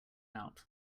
out